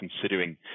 considering